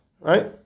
Right